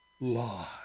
lie